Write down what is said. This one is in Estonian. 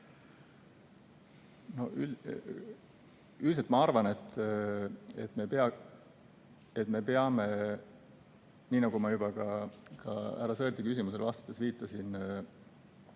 Üldiselt ma arvan, et me peame, nii nagu ma juba ka härra Sõerdi küsimusele vastates viitasin,